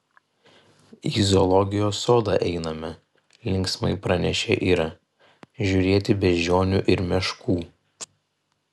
į zoologijos sodą einame linksmai pranešė ira žiūrėti beždžionių ir meškų